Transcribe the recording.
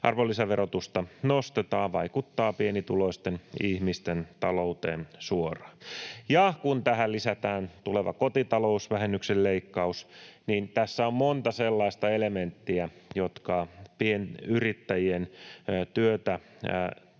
arvonlisäverotusta nostetaan, vaikuttavat pienituloisten ihmisten talouteen suoraan. Ja kun tähän lisätään tuleva kotitalousvähennyksen leikkaus, niin tässä on monta sellaista elementtiä, jotka pienyrittäjien työtä,